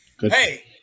Hey